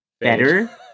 better